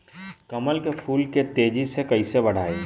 कमल के फूल के तेजी से कइसे बढ़ाई?